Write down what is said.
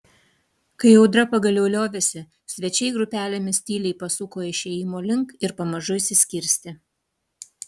kai audra pagaliau liovėsi svečiai grupelėmis tyliai pasuko išėjimo link ir pamažu išsiskirstė